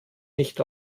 nicht